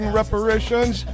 reparations